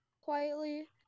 quietly